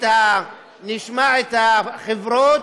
החברות,